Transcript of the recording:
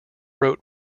wrote